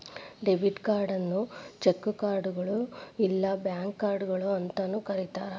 debit ಕಾರ್ಡ್ನ cheque ಕಾರ್ಡ್ಗಳು ಇಲ್ಲಾ ಬ್ಯಾಂಕ್ ಕಾರ್ಡ್ಗಳ ಅಂತಾನೂ ಕರಿತಾರ